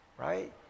right